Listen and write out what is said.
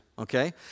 Okay